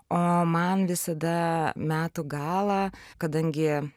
o man visada metų galą kadangi